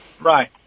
Right